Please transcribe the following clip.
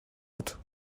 بود